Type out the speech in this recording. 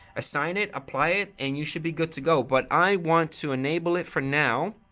assign it apply it and you should be good to go. but i want to enable it for now.